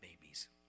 babies